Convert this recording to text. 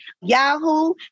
Yahoo